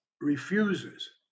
refuses